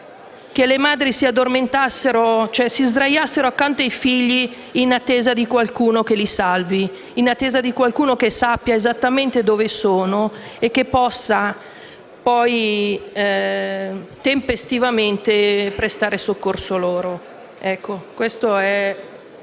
che le madri si sdraiassero accanto ai figli in attesa di qualcuno che li salvi, di qualcuno che sappia esattamente dove sono e che possa poi, tempestivamente, prestare loro soccorso.